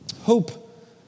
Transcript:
Hope